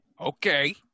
Okay